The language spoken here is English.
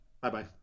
Bye-bye